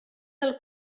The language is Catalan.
del